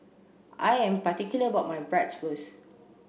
I am particular about my Bratwurst